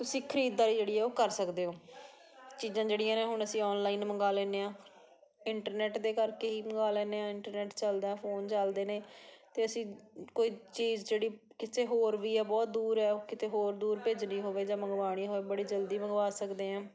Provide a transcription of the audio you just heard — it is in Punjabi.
ਤੁਸੀਂ ਖਰੀਦਦਾਰੀ ਜਿਹੜੀ ਹੈ ਉਹ ਕਰ ਸਕਦੇ ਹੋ ਚੀਜ਼ਾਂ ਜਿਹੜੀਆਂ ਨੇ ਹੁਣ ਅਸੀਂ ਔਨਲਾਈਨ ਮੰਗਵਾ ਲੈਂਦੇ ਹਾਂ ਇੰਟਰਨੈਟ ਦੇ ਕਰਕੇ ਹੀ ਮੰਗਵਾ ਲੈਂਦੇ ਹਾਂ ਇੰਟਰਨੈਟ ਚਲਦਾ ਫੋਨ ਚਲਦੇ ਨੇ ਅਤੇ ਅਸੀਂ ਕੋਈ ਚੀਜ਼ ਜਿਹੜੀ ਕਿਸੇ ਹੋਰ ਵੀ ਆ ਬਹੁਤ ਦੂਰ ਆ ਉਹ ਕਿਤੇ ਹੋਰ ਦੂਰ ਭੇਜਣੀ ਹੋਵੇ ਜਾਂ ਮੰਗਵਾਉਣੀ ਹੋਵੇ ਬੜੀ ਜਲਦੀ ਮੰਗਵਾ ਸਕਦੇ ਹਾਂ